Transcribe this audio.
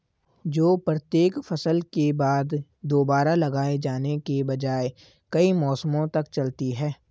जो प्रत्येक फसल के बाद दोबारा लगाए जाने के बजाय कई मौसमों तक चलती है